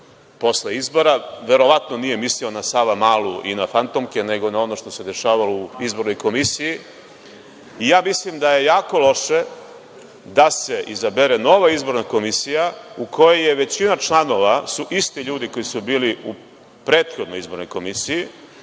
posle izbora. Verovatno nije mislio na Savamalu i na fantomke, nego na ono što se dešavalo u izbornoj komisiji. Mislim da je jako loše da se izabere nova izborna komisija u kojoj su većina članova isti ljudi koji su bili u prethodnoj izbornoj komisiji,